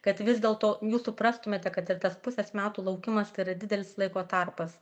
kad vis dėlto jūs suprastumėte kad ir tas pusės metų laukimas tai yra didelis laiko tarpas